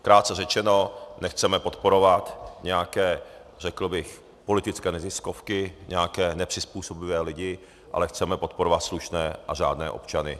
Krátce řečeno, nechceme podporovat nějaké, řekl bych, politické neziskovky, nějaké nepřizpůsobivé lidi, ale chceme podporovat slušné a řádné občany.